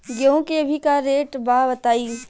गेहूं के अभी का रेट बा बताई?